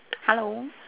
hello